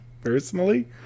Personally